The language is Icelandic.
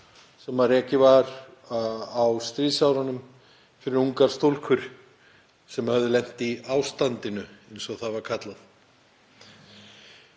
sem rekið var á stríðsárunum fyrir ungar stúlkur sem lent höfðu í ástandinu, eins og það var kallað.